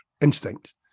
instinct